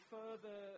further